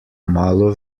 malo